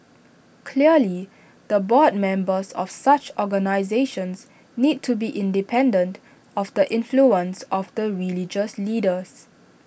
clearly the board members of such organisations need to be independent of the influence of the religious leaders